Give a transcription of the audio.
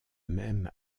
même